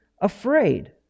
afraid